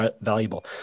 valuable